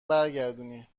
برگردونی